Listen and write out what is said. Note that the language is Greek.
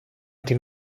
την